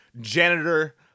janitor